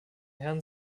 herrn